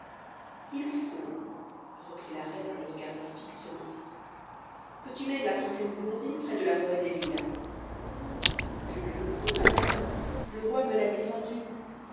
il faut reprit la reine en le regardant fixement que tu mènes la princesse blondine près de la forêt des lilas je ne le puis madame le roi me l'a défendu